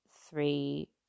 three